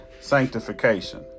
sanctification